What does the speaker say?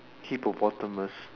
hippopotamus